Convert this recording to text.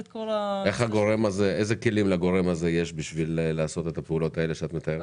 איזה כלים יש לגורם הזה כדי לעשות את הפעולות האלה שאת מתארת?